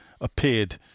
appeared